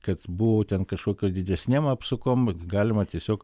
kad buvo ten kažkokio didesnėm apsukom vat galima tiesiog